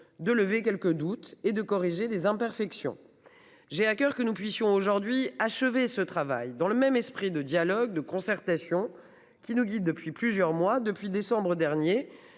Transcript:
de lever quelques doutes et de corriger les imperfections. J'ai à coeur que nous puissions aujourd'hui achevé ce travail dans le même esprit de dialogue, de concertation qui nous guide depuis plusieurs mois, depuis décembre dernier.